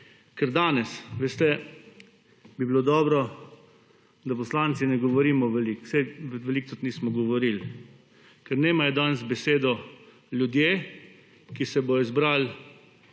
ker danes veste bi bilo dobro, da poslanci ne govorimo veliko saj veliko tudi nismo govorili, ker naj imajo danes besedo ljudje, ki se bodo zbrali